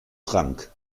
trank